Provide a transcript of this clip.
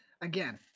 Again